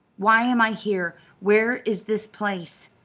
why am i here? where is this place?